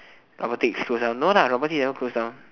robotics close down no lah robotics never close down